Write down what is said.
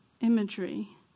imagery